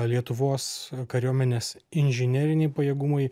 lietuvos kariuomenės inžineriniai pajėgumai